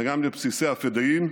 גם בבסיסי הפדאיון,